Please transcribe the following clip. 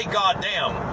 goddamn